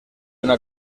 una